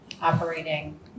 operating